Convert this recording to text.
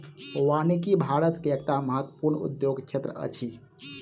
वानिकी भारत के एकटा महत्वपूर्ण उद्योग क्षेत्र अछि